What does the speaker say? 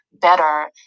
better